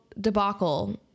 debacle